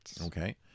Okay